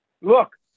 look